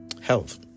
health